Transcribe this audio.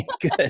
good